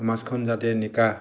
সমাজখন যাতে নিকা